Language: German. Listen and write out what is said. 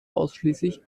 ausschließlich